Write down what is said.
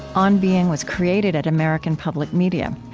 on being was created at american public media.